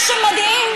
לשקר את השקר,